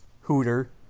Hooter